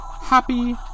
Happy